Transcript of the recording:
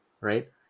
right